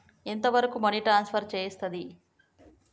ఎంత వరకు money transfer చేయస్తది?